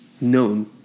known